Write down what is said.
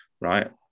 Right